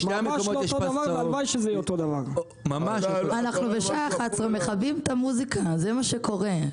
בשעה 11 אנחנו מכבים את המוזיקה, זה מה שקורה.